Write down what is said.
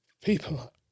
people